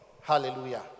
Hallelujah